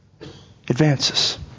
advances